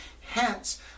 Hence